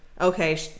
okay